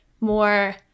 more